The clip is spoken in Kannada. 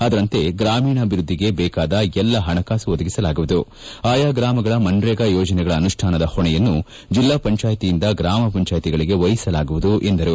ಅದರಂತೆ ಗ್ರಾಮೀಣಾಭಿವೃದ್ಧಿಗೆ ಬೇಕಾದ ಎಲ್ಲ ಹಣಕಾಸು ಒದಗಿಸಲಾಗುವುದು ಆಯಾ ಗ್ರಾಮಗಳ ಮನ್ರೇಗಾ ಯೋಜನೆಗಳ ಅನುಷ್ಠಾನದ ಹೊಣೆಯನ್ನು ಜಿಲ್ಲಾ ಪಂಚಾಯಿತಿಯಿಂದ ಗ್ರಾಮ ಪಂಚಾಯಿತಿಗಳಿಗೆ ವಹಿಸಲಾಗುವುದು ಎಂದರು